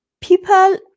people